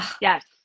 Yes